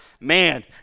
Man